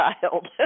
child